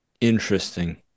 Interesting